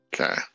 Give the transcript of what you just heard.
Okay